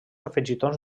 afegitons